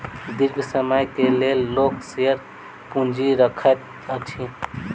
दीर्घ समय के लेल लोक शेयर पूंजी रखैत अछि